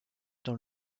dans